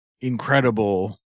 incredible